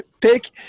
pick